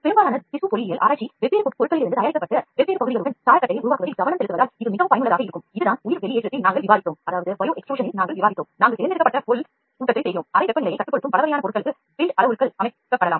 பெரும்பாலான திசு பொறியியல் ஆராய்ச்சிகள் வெவ்வேறு பொருட்களிலிருந்து தயாரிக்கப்பட்ட வெவ்வேறு பகுதிகளுடன் scaffold யை உருவாக்குவதில் கவனம் செலுத்துவதால் இது மிகவும் பயனுள்ளதாக இருக்கும் நாம் தேர்ந்தெடுக்கப்பட்ட பொருள் ஊட்டத்தை தருகிறோம்